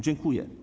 Dziękuję.